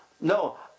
No